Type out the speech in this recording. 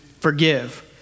forgive